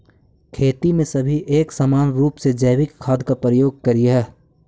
खेती में सभी एक समान रूप से जैविक खाद का प्रयोग करियह